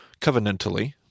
covenantally